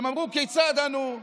הם אמרו: כיצד אנו,